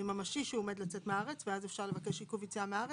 ממשי שהוא עומד לצאת מהארץ ואז אפשר לבקש עיכוב יציאה מן הארץ.